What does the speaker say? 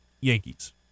Yankees